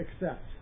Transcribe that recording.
accept